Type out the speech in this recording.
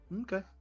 okay